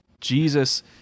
Jesus